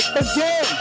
again